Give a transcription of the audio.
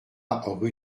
rue